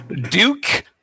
Duke